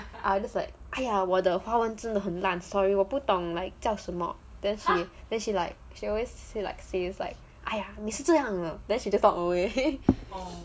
I will just like !aiya! 我的华文真的很烂 sorry 我不懂 like 叫什么 then she then she like she always say like says like !aiya! 你是这样的 then she just walk away